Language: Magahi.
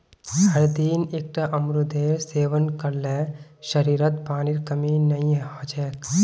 हरदिन एकता अमरूदेर सेवन कर ल शरीरत पानीर कमी नई ह छेक